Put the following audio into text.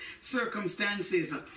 circumstances